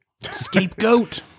Scapegoat